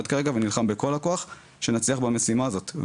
כרגע ונלחם בכל הכוח שנצליח במשימה הזאת.